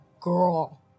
girl